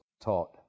taught